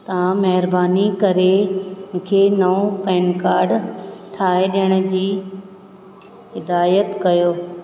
तव्हां महिरबानी करे मूंखे नओ पैन कार्ड ठाहे ॾियण जी हिदायत कयो